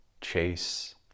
Chase